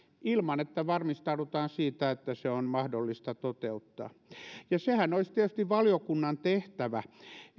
ilman että varmistaudutaan siitä että se on mahdollista toteuttaa ja sehän olisi tietysti valiokunnan tehtävä